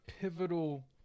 pivotal